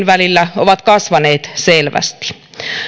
välillä ovat kasvaneet selvästi